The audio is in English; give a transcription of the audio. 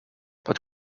but